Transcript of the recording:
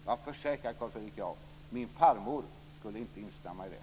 Jag försäkrar Carl Fredrik Graf att min farmor inte skulle instämma i det.